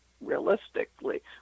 realistically